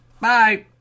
Bye